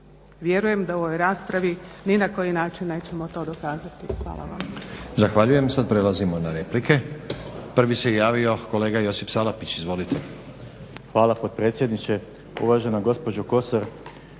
Vjerujem da u ovoj raspravi ni na koji način nećemo to dokazati. Hvala vam.